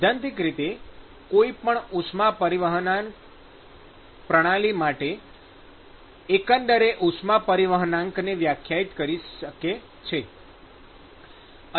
સૈદ્ધાંતિક રીતે કોઈ પણ ઉષ્મા પરિવહન પ્રણાલી માટે એકંદરે ઉષ્મા પરિવહનાંકને વ્યાખ્યાયિત કરી શકે છે